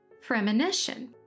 premonition